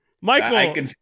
Michael